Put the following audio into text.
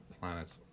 planets